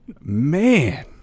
Man